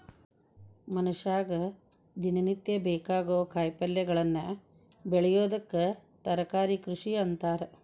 ಮನಷ್ಯಾಗ ದಿನನಿತ್ಯ ಬೇಕಾಗೋ ಕಾಯಿಪಲ್ಯಗಳನ್ನ ಬೆಳಿಯೋದಕ್ಕ ತರಕಾರಿ ಕೃಷಿ ಅಂತಾರ